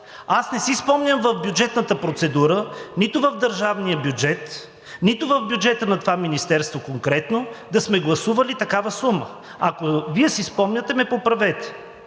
Аз не си спомням в бюджетната процедура – нито в държавния бюджет, нито в бюджета на това министерство конкретно, да сме гласували такава сума. Ако Вие си спомняте, ме поправете.